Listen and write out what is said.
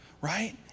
right